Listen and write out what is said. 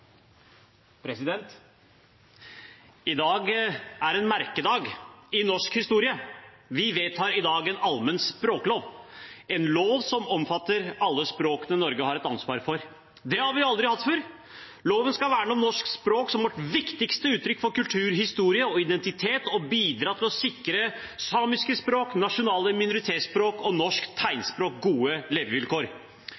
I dag er det en merkedag i norsk historie. Vi vedtar i dag en allmenn språklov, en lov som omfatter alle språkene Norge har et ansvar for. Det har vi aldri hatt før. Loven skal verne om norsk språk som vårt viktigste uttrykk for kultur, historie og identitet og bidra til å sikre samiske språk, nasjonale minoritetsspråk og norsk